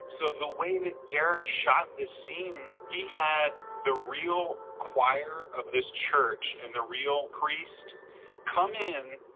so the way that derek shot this scene, he had the real choir of this church and the real priest come in,